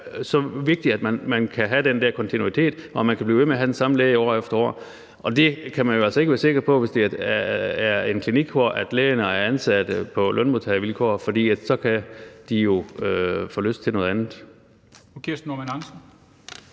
så vigtigt, at man kan have den der kontinuitet, og at man kan blive ved med at have den samme læge år efter år. Og det kan man jo altså ikke være sikker på, hvis det er en klinik, hvor lægerne er ansatte på lønmodtagervilkår, for så kan de få lyst til noget andet.